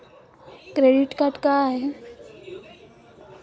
Credit card का हाय?